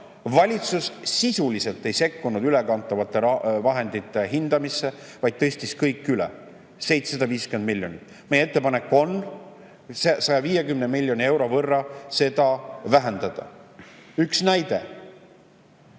Valitsus ei sekkunud sisuliselt ülekantavate vahendite hindamisse, vaid tõstis kõik 750 miljonit üle. Meie ettepanek on 150 miljoni euro võrra seda vähendada. Üks näide.